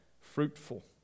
fruitful